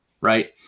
right